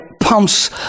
pumps